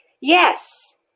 Yes